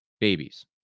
babies